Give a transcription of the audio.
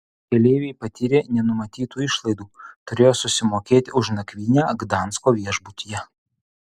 keleiviai patyrė nenumatytų išlaidų turėjo susimokėti už nakvynę gdansko viešbutyje